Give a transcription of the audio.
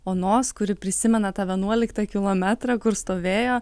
onos kuri prisimena tą vienuoliktą kilometrą kur stovėjo